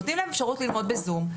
נותנים להם אפשרות ללמוד בזום.